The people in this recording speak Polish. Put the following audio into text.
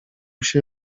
się